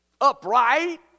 upright